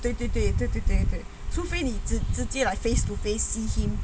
对对对对对对除非你直接 like face to face see him